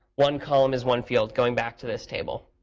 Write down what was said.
one column is one field, going back to this table.